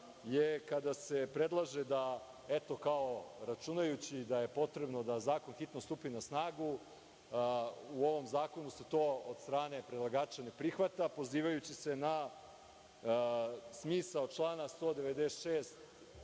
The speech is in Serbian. je kada se predlaže da, eto kao računajući da je potrebno da zakon hitno stupi na snagu. U ovom zakonu se to od strane predlagača ne prihvata, pozivajući se na smisao člana 196.